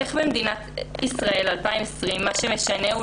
איך במדינת ישראל 2020 מה שמשנה הוא